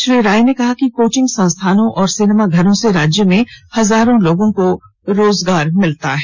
श्री राय ने कहा कि कोचिंग संस्थानों और सिनेमा घरों से राज्य में हजारों लोगों को रोजगार मिलता है